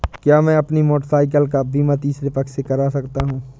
क्या मैं अपनी मोटरसाइकिल का बीमा तीसरे पक्ष से करा सकता हूँ?